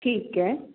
ਠੀਕ ਹੈ